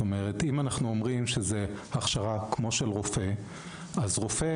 כלומר אם אנחנו אומרים שזאת הכשרה כמו של רופא אז רופא